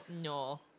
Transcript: No